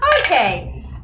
Okay